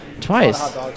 Twice